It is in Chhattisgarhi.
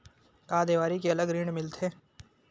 का देवारी के अलग ऋण मिलथे?